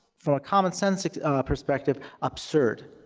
from a common sense perspective, absurd.